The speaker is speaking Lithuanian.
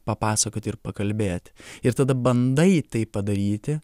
papasakoti ir pakalbėti ir tada bandai tai padaryti